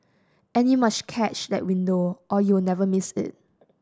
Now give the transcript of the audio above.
and you must catch that window or you'll never miss it